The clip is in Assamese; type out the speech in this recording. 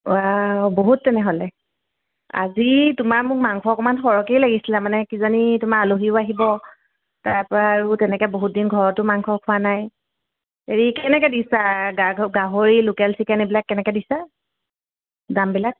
অ' আ বহুত তেনেহ'লে আজি তোমাৰ মোক মাংস অকণমান সৰহকেই লাগিছিলে মানে কিজানি তোমাৰ আলহীও আহিব তাৰপৰা আৰু তেনেকৈ বহুত দিন ঘৰতো মাংস খোৱা নাই হেৰি কেনেকৈ দিছা গাহৰি লোকেল চিকেন এইবিলাক কেনেকৈ দিছা দামবিলাক